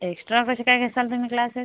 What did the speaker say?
extra कसे काय घेसाल तुम्ही क्लासेस